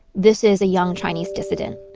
this is a young chinese dissident.